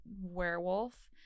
werewolf